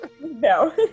No